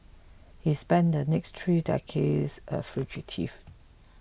he spent the next three decades a fugitive